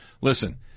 listen